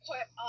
put